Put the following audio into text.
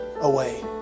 away